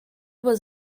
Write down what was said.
was